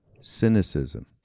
cynicism